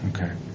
Okay